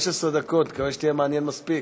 אני מקווה שתהיה מעניין מספיק.